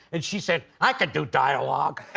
and she said, i could do dialog!